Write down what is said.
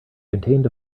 contained